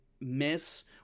Miss